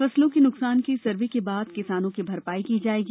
फसलों के नुकसान के सर्वे के बाद किसानों की भरपाई की जाएगी